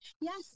Yes